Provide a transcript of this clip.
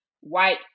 white